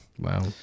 wow